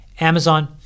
Amazon